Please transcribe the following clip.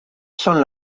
son